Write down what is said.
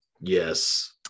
Yes